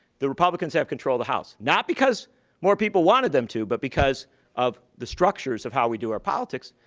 the republicans have control of the house, not because more people wanted them to, but because of the structures of how we do our politics.